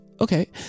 okay